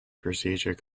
procedure